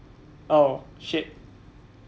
oh shit